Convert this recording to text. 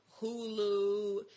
Hulu